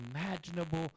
imaginable